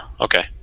Okay